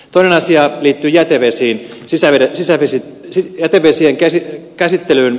toinen asia liittyy jätevesiin sisar sisaresi jätevesien käsi käsittelyyn